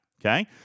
okay